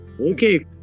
Okay